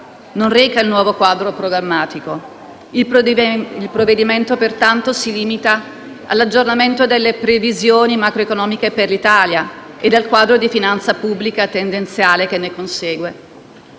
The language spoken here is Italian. non reca il nuovo quadro programmatico. Il provvedimento pertanto si limita all'aggiornamento delle previsioni macroeconomiche per l'Italia e del quadro di finanza pubblica tendenziale che ne consegue.